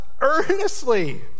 earnestly